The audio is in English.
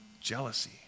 jealousy